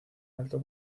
alto